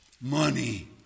Money